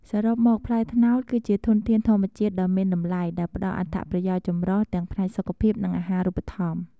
សរុបមក ផ្លែត្នោតគឺជាធនធានធម្មជាតិដ៏មានតម្លៃដែលផ្តល់អត្ថប្រយោជន៍ចម្រុះទាំងផ្នែកសុខភាព និងអាហារូបត្ថម្ភ។